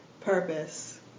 Purpose